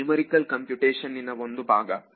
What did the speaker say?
ಇದು numerical computation ನ ಒಂದು ಭಾಗ